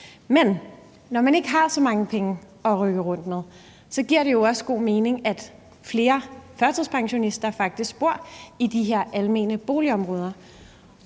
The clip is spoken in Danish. Men når man ikke har så mange penge at rykke rundt med, giver det jo også god mening, at flere førtidspensionister faktisk bor i de her almene boligområder,